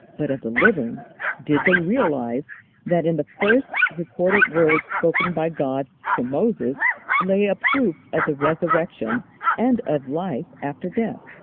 but of the living did they realize that in the first recorded words spoken by god to moses lay a proof of the resurrection and of life after death.